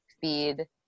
feed